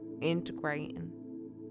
integrating